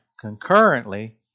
Concurrently